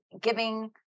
giving